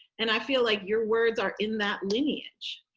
and i feel like your words are in that lineage.